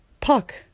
Puck